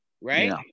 Right